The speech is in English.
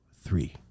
three